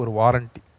warranty